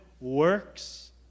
works